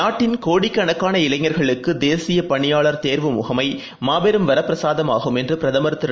நாட்டின் கோடிக்கணக்கான இளைஞர்களுக்குதேசியஆள்சேர்ப்பு முகமைஒர் மாபெரும் வரப்பிரசாதமாகும் என்றுபிரதமர் திரு